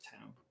town